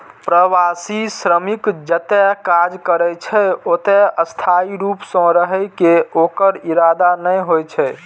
प्रवासी श्रमिक जतय काज करै छै, ओतय स्थायी रूप सं रहै के ओकर इरादा नै होइ छै